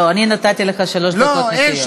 לא לא, נתתי לך שלוש דקות נקיות.